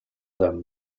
them